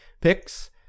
picks